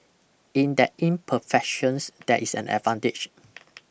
in that imperfections there is an advantage